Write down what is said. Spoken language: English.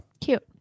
Cute